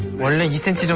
don't you think you know